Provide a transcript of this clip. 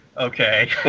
Okay